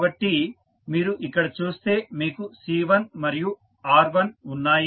కాబట్టి మీరు ఇక్కడ చూస్తే మీకు C1 మరియు R1 ఉన్నాయి